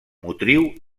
motriu